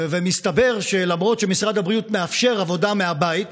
ומסתבר שלמרות שמשרד הבריאות מאפשר עבודה מהבית,